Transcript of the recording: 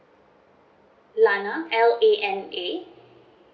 lana L A N A